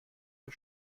für